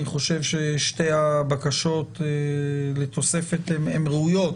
אני חושב ששתי הבקשות לתוספת הם ראויות.